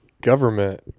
government